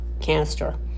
canister